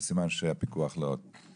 אז סימן שהפיקוח לא --- והאכיפה,